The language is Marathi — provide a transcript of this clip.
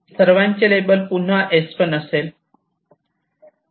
सर्वांचे लेबल पुन्हा S1 असेल